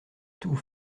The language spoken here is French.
tout